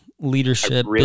leadership